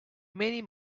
many